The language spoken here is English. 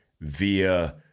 via